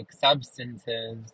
substances